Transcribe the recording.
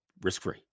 Risk-free